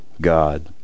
God